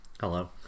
Hello